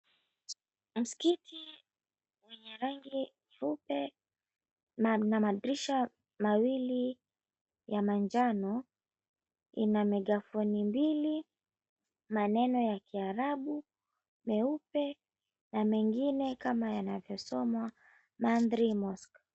Msikiti wenye rangi nyeupe na madirisha mawili ya manjano ina megafoni mbili, maneno ya kiarabu meupe na mengine kama yanavyosomwa, Mandri Mosque.